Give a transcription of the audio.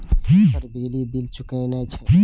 Sir बिजली bill चूकेना छे?